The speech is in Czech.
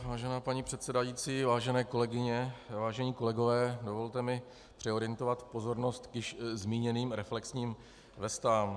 Vážená paní předsedající, vážené kolegyně, vážení kolegové, dovolte mi přeorientovat pozornost k již zmíněným reflexním vestám.